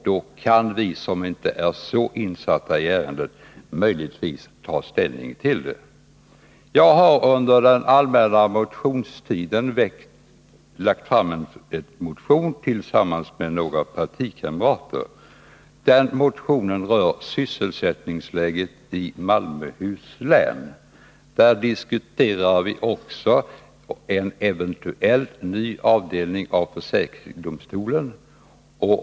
Då kan vi som inte är så väl insatta möjligtvis ta ställning till det. Tillsammans med några partikamrater har jag under den allmänna motionstiden väckt en motion, som rör sysselsättningsläget i Malmöhus län. I den motionen diskuterar vi också en eventuell ny avdelning av försäkringsdomstolen.